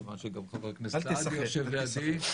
מכיוון שגם חבר הכנסת סעדי יושב לידי.